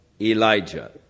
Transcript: Elijah